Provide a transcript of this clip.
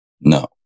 no